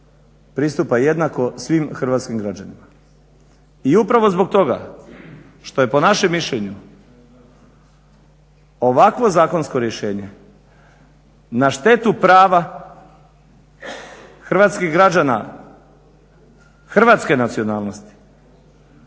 pristupa jednako svim hrvatskim građanima. I upravo zbog toga što je po našem mišljenju ovakvo zakonsko rješenje na štetu prava hrvatskih građana hrvatske nacionalnosti